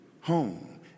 home